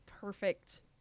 perfect